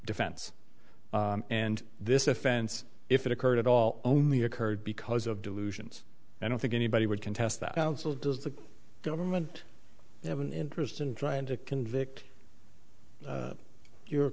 defense and this offense if it occurred at all only occurred because of delusions i don't think anybody would contest that counsel does the government have an interest in trying to convict your